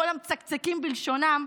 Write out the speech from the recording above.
לכל המצקצקים בלשונם,